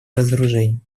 разоружению